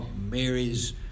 Mary's